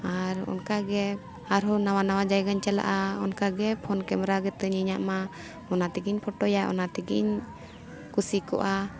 ᱟᱨ ᱚᱱᱠᱟᱜᱮ ᱟᱨᱦᱚᱸ ᱱᱟᱣᱟ ᱱᱟᱣᱟ ᱡᱟᱭᱜᱟᱧ ᱪᱟᱞᱟᱜᱼᱟ ᱚᱱᱠᱟᱜᱮ ᱯᱷᱳᱱ ᱠᱮᱢᱮᱨᱟ ᱜᱮᱛᱤᱧ ᱤᱧᱟᱹᱜᱼᱢᱟ ᱚᱱᱟ ᱛᱮᱜᱮᱧ ᱯᱷᱚᱴᱳᱭᱟ ᱚᱱᱟ ᱛᱮᱜᱮᱧ ᱠᱩᱥᱤ ᱠᱚᱜᱼᱟ